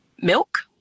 milk